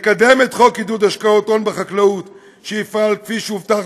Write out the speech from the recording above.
לקדם את חוק עידוד השקעות הון בחקלאות שיפעל כפי שהובטח